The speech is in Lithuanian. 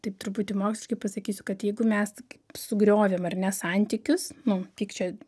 taip truputį moksliškai pasakysiu kad jeigu mes kaip ir sugriovėm ar ne santykius nu pykčio